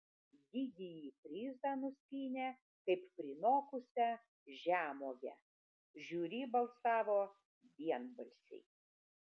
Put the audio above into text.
didįjį prizą nuskynė kaip prinokusią žemuogę žiūri balsavo vienbalsiai